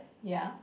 yeah